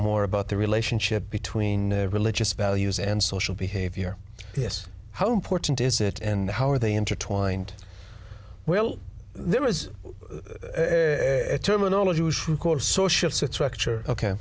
more about the relationship between religious values and social behavior yes how important is it and how are they intertwined well there is a terminology